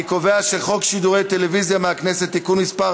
אני קובע שחוק שידורי טלוויזיה מהכנסת (תיקון מס'